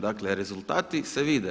Dakle, rezultati se vide.